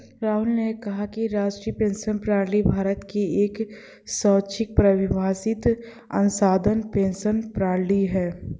राहुल ने कहा कि राष्ट्रीय पेंशन प्रणाली भारत में एक स्वैच्छिक परिभाषित अंशदान पेंशन प्रणाली है